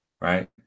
right